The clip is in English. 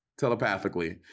telepathically